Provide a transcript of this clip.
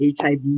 HIV